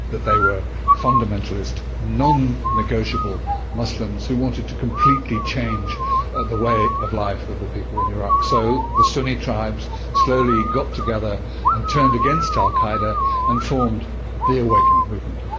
that they were fundamentalist nonnegotiable muslims who wanted to completely change the way of life of the people in iraq. so the sunni tribes slowly got together and turned against al qaeda and formed the awakening movement,